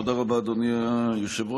תודה רבה, אדוני היושב-ראש.